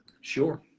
sure